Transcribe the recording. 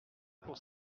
pour